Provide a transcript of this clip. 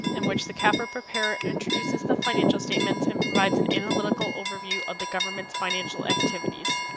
in which the cafr prepared introduces the financial statements and provides an analytical overview of the government's financial activities.